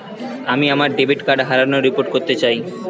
আমি আমার debit card হারানোর রিপোর্ট করতে চাই